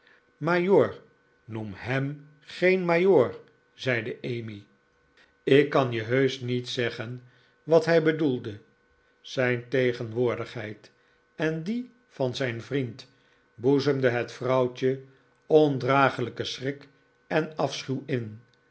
majoor noem hem geen majoor zeide emmy ik kan je heusch niet zeggen wat hij bedoelde zijn tegenwoordigheid en die van zijn vriend boezemden het vrouwtje ondragelijken schrik en afschuw in